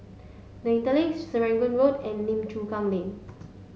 the Interlace Serangoon Road and Lim Chu Kang Lane